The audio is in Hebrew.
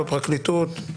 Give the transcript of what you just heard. בפרקליטות,